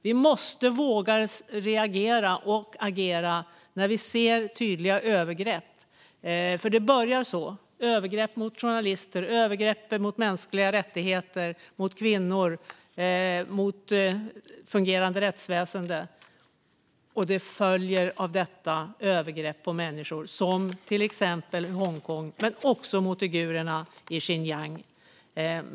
Vi måste våga reagera och agera när vi ser tydliga övergrepp. Det är nämligen så det börjar, med övergrepp mot journalister, mot mänskliga rättigheter, mot kvinnor och mot fungerande rättsväsen. På detta följer övergrepp på människor, till exempel i Hongkong men också mot uigurerna i Xinjiang.